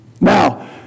Now